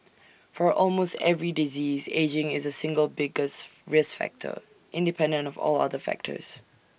for almost every disease ageing is the single biggest risk factor independent of all other factors